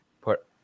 put